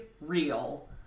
real